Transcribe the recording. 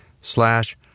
slash